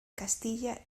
castilla